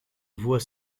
voie